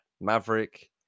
Maverick